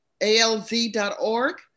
alz.org